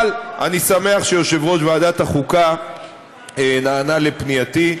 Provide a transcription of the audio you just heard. אבל אני שמח שיושב-ראש ועדת החוקה נענה לפנייתי,